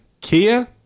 Kia